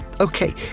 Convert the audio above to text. okay